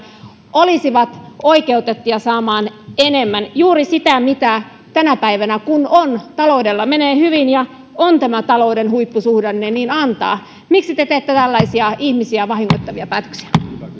olisivat oikeutettuja saamaan enemmän juuri sitä mitä tänä päivänä on antaa kun taloudella menee hyvin ja on tämä talouden huippusuhdanne miksi te teette tällaisia ihmisiä vahingoittavia päätöksiä